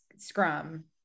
scrum